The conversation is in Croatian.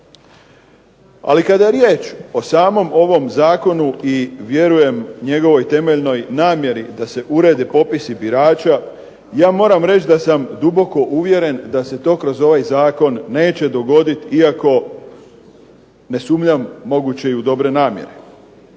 Ali kada je riječ o samom ovom zakonu i vjerujem njegovoj temeljnoj namjeri da se urede popisi birača, ja moram reći da sam duboko uvjeren da se to kroz ovaj zakon neće dogoditi iako ne sumnjam moguće i u dobre namjere.